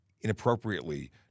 inappropriately